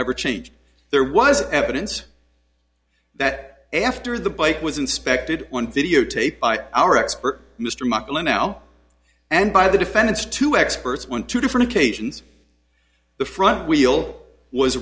ever changed there was evidence that after the bike was inspected one videotape by our expert mr mclean now and by the defendant's two experts one two different occasions the front wheel was